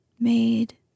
made